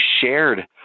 shared